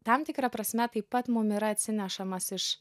tam tikra prasme taip pat mum yra atsinešamas iš